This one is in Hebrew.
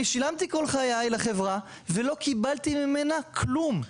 אני שילמתי כל חיי לחברה ולא קיבלתי ממנה כלום.